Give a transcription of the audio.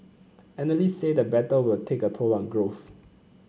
analysts say the battle will take a toll on growth